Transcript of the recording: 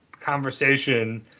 conversation